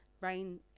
Rain